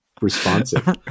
responsive